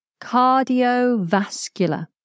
cardiovascular